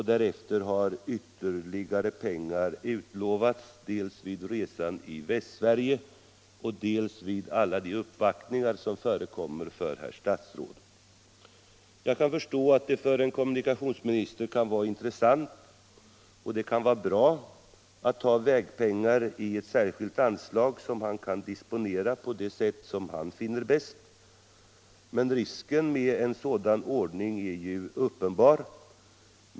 Därefter har ytterligare pengar utlovats dels vid resan i Västsverige, dels vid alla de uppvaktningar som förekommit för herr stats Jag kan förstå att det för en kommunikationsminister kan vara intressant och bra att ha vägpengar i ett särskilt anslag, som han kan disponera på det sätt som han finner bäst. Men risken med en sådan ordning är uppenbar.